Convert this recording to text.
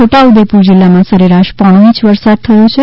છોટા ઉદેપુર જિલ્લામાં સરેરાશ પોણો ઇંચ વરસાદ નોંધાયો છે